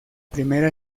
primera